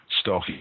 stock